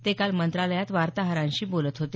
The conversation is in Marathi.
ते काल मंत्रालयात वार्ताहरांशी बोलत होते